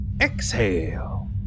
Exhale